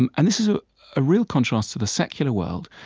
and and this is a ah real contrast to the secular world,